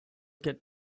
get